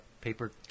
Paper